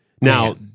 Now